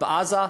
בעזה,